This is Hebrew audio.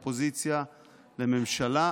אנחנו אופוזיציה לממשלה,